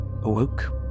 awoke